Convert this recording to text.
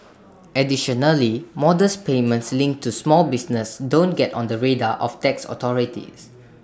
additionally modest payments linked to small business don't get on the radar of tax authorities